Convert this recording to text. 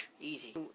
easy